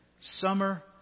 summer